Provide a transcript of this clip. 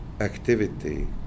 activity